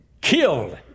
killed